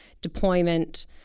deployment